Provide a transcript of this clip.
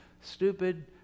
stupid